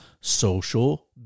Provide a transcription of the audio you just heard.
social